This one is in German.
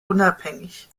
unabhängig